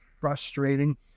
frustrating